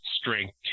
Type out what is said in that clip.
strength